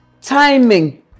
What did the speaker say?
timing